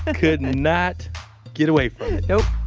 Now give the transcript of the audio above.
ah could not get away from it nope.